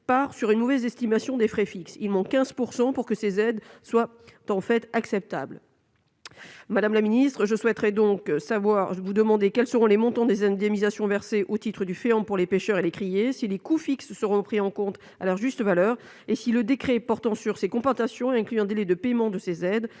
par sur une mauvaise estimation des frais fixes, il manque 15 % pour que ces aides soient tant fait acceptable, madame la ministre, je souhaiterais donc savoir je vous demander quels seront les montants des indemnisations versées au titre du film pour les pêcheurs et les criées si les coûts fixes seront pris en compte à leur juste valeur, et si le décret portant sur ces compensations incluant délai de paiement de ces aides,